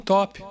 Top